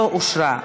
לא אושרה.